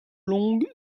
longue